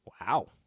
Wow